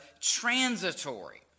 transitory